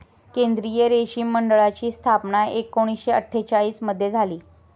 केंद्रीय रेशीम मंडळाची स्थापना एकूणशे अट्ठेचालिश मध्ये झाली